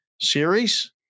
series